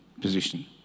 position